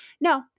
no